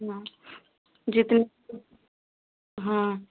जितना हाँ